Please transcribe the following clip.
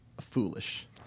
foolish